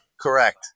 correct